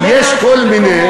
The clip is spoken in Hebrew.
אז יש כל מיני,